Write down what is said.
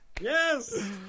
Yes